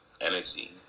energy